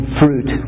fruit